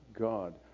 God